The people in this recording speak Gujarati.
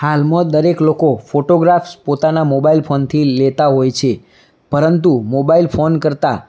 હાલમાં દરેક લોકો ફોટોગ્રાફ્સ પોતાના મોબઈલ ફોનથી લેતા હોય છે પરંતુ મોબાઈલ ફોન કરતાં